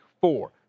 four